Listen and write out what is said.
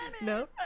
No